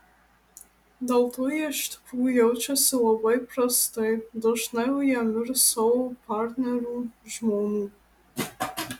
dėl to jie iš tikrųjų jaučiasi labai prastai dažnai ujami ir savo partnerių žmonų